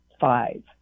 five